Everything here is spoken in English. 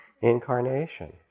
incarnation